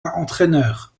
entraineur